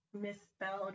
misspelled